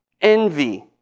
envy